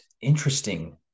interesting